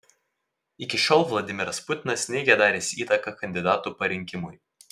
iki šiol vladimiras putinas neigia daręs įtaką kandidatų parinkimui